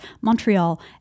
Montreal